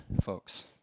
folks